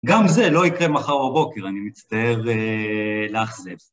גם זה לא יקרה מחר בבוקר, אני מצטער לאכזב.